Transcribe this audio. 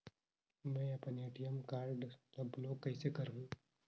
मै अपन ATM card ल ब्लाक कइसे करहूं?